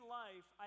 life